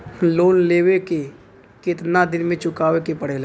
Loan लेवे के कितना दिन मे चुकावे के पड़ेला?